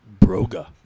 broga